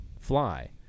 fly